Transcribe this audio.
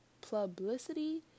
publicity